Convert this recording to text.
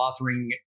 authoring